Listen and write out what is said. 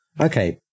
Okay